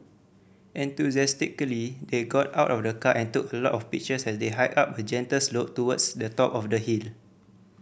enthusiastically they got out of the car and took a lot of pictures as they hiked up a gentle slope towards the top of the hill